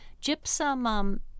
Gypsum